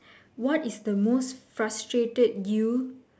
what is the most frustrated you